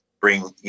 bring